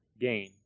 gain